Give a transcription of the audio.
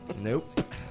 Nope